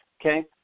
okay